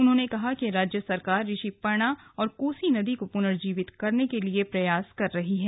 उन्होंने कहा कि राज्य सरकार ऋषिपर्णा और कोसी नदी को पुनर्जीवित करने के लिए प्रयास कर रही है